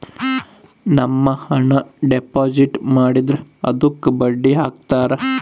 ನಮ್ ಹಣ ಡೆಪಾಸಿಟ್ ಮಾಡಿದ್ರ ಅದುಕ್ಕ ಬಡ್ಡಿ ಹಕ್ತರ